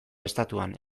estatuan